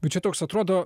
bet čia toks atrodo